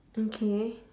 okay